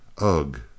ugh